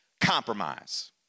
compromise